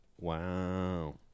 Wow